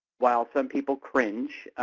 while some people cringe,